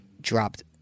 dropped